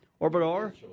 Orbador